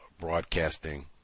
broadcasting